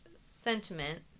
sentiment